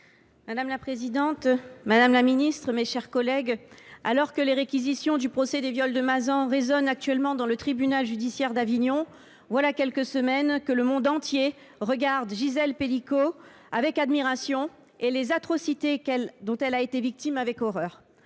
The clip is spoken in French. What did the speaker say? Madame la présidente, madame la secrétaire d’État, mes chers collègues, alors que les réquisitions du procès des viols de Mazan résonnent actuellement dans la salle du tribunal judiciaire d’Avignon, voilà quelques semaines que le monde entier regarde Gisèle Pelicot avec admiration et découvre avec horreur